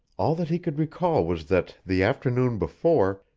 all that he could recall was that, the afternoon before,